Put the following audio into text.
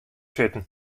sitten